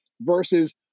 versus